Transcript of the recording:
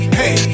hey